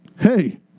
Hey